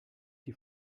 die